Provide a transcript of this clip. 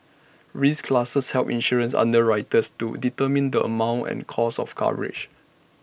risk classes help insurance underwriters to determine the amount and cost of coverage